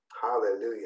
Hallelujah